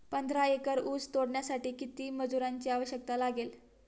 पंधरा एकर ऊस तोडण्यासाठी किती मजुरांची आवश्यकता लागेल?